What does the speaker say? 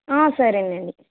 సరేనండి